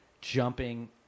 jumping